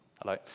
hello